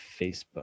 Facebook